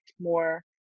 more